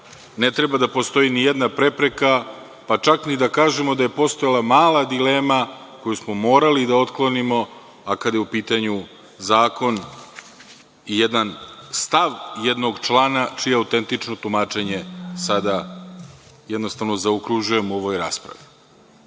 ne treba da postoji nijedna prepreka, pa čak ni da kažemo da je postojala mala dilema koju smo morali da otklonimo, a kada je u pitanju zakon i jedan stav jednog člana čije autentično tumačenje zaokružujemo u ovoj